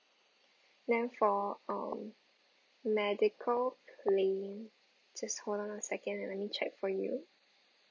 then for um medical claim just hold on a second let me check for you